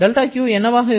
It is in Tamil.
δq என்னவாக இருக்கும்